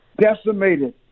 decimated